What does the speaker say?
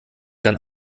dann